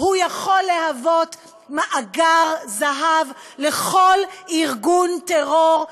הוא יכול להוות מאגר זהב לכל ארגון טרור,